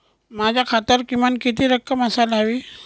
माझ्या खात्यावर किमान किती रक्कम असायला हवी?